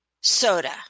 soda